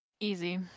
Easy